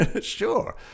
sure